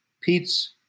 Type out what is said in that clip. Pete's